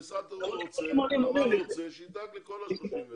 משרד התחבורה, שידאג לכל ה-31.